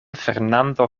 fernando